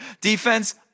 defense